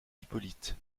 hippolyte